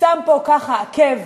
שם ככה עקב